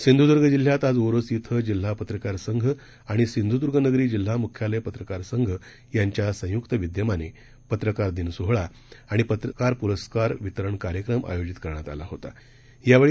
सिंधुदुर्ग जिल्ह्यात आज ओरोस श्वे जिल्हा पत्रकार संघ आणि सिंधुदुर्गनगरी जिल्हा मुख्यालय पत्रकार संघ यांच्या संयुक्त विद्यमाने पत्रकार दिन सोहळा आणि पत्रकार पुरस्कार वितरण कार्यक्रम आयोजित करण्यात आला होतासिंधुदूर्ग जिल्ह्याच्या विकासात पत्रका